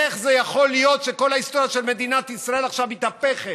איך יכול להיות שכל ההיסטוריה של מדינת ישראל מתהפכת?